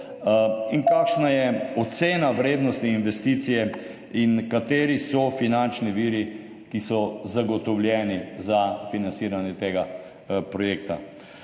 Kakšna je ocena vrednosti investicije? Kateri so finančni viri, ki so zagotovljeni za financiranje tega projekta?